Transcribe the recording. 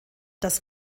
das